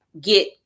get